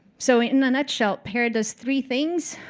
so in a nutshell, pair does three things.